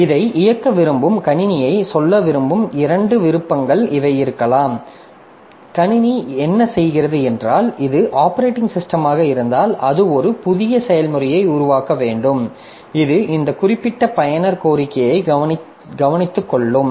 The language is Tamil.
இதை இயக்க விரும்பும் கணினியை சொல்ல விரும்பும் இரண்டு விருப்பங்கள் இவை இருக்கலாம் கணினி என்ன செய்கிறது என்றால் இது ஆப்பரேட்டிங் சிஸ்டமாக இருந்தால் அது ஒரு புதிய செயல்முறையை உருவாக்க வேண்டும் இது இந்த குறிப்பிட்ட பயனர் கோரிக்கையை கவனித்துக்கொள்ளும்